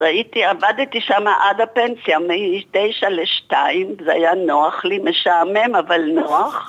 ראיתי, עבדתי שם עד הפנסיה, מ-9 ל-2 זה היה נוח לי משעמם, אבל נוח